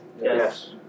Yes